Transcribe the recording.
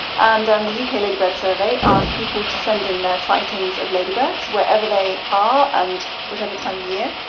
and um the uk ah ladybird survey asks people to send in their sightings of ladybirds wherever they are and whatever the time of year,